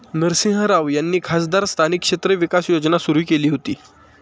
नरसिंह राव यांनी खासदार स्थानिक क्षेत्र विकास योजना सुरू केली होती